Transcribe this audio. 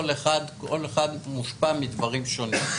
כל אחד מושפע מדברים שונים.